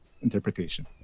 interpretation